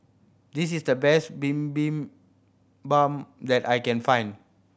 this is the best Bibimbap that I can find